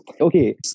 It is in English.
Okay